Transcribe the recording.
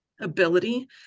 ability